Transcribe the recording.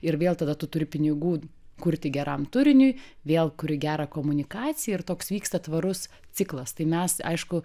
ir vėl tada tu turi pinigų kurti geram turiniui vėl kuri gerą komunikaciją ir toks vyksta tvarus ciklas tai mes aišku